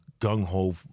gung-ho